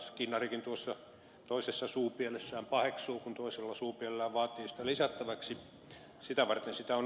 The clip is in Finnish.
skinnarikin tuossa toisessa suupielessään paheksuu kun toisella suupielellään vaatii sitä lisättäväksi on otettu